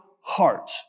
heart